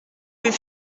vais